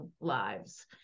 lives